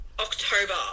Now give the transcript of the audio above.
October